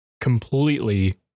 completely